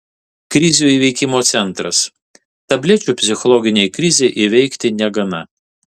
krizių įveikimo centras tablečių psichologinei krizei įveikti negana